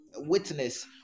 Witness